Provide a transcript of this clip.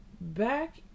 back